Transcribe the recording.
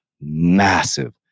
massive